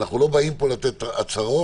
אנחנו לא באים לפה לתת הצהרות,